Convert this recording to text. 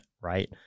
right